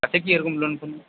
আছে কি এরকম লোন কোনো